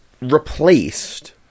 replaced